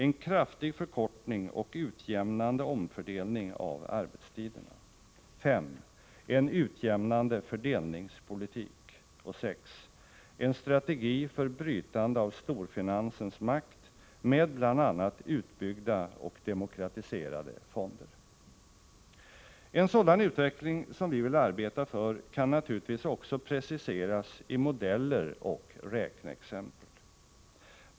En kraftig förkortning och utjämnande omfördelning av arbetstiderna. En sådan utveckling som vi vill arbeta för kan naturligtvis också preciseras i modeller och räkneexempel.